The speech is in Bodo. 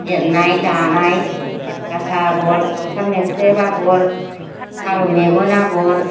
एरनाय दानाय गासा आगर दाउसा मोख्रेब आगर फारौ मेगन आगर